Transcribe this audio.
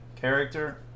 character